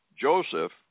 Joseph